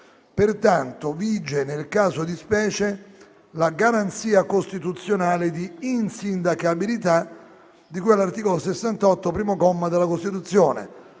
Pertanto vige nel caso di specie la garanzia costituzionale di insindacabilità di cui all'articolo 68, primo comma, della Costituzione.